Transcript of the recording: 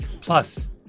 Plus